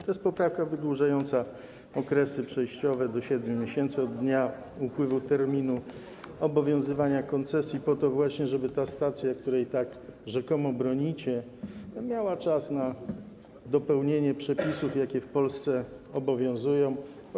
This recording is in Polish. To jest poprawka wydłużająca okresy przejściowe do 7 miesięcy od dnia upływu terminu obowiązywania koncesji po to, żeby ta stacja, której tak rzekomo bronicie, miała czas na dopełnienie przepisów, jakie obowiązują w Polsce.